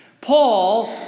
Paul